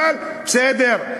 אבל בסדר,